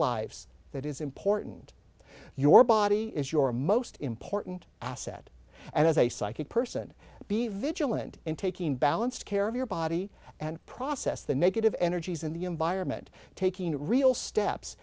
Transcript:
lives that is important your body is your most important asset and as a psychic person be vigilant in taking balanced care of your body and process the negative energies in the environment taking real steps